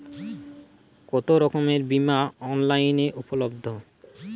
কতোরকমের বিমা অনলাইনে উপলব্ধ?